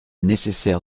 nécessaire